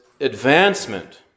advancement